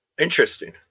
Interesting